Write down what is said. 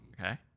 Okay